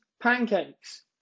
Pancakes